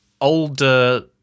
older